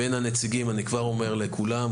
בין הנציגים אני כבר אומר לכולם,